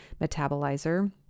metabolizer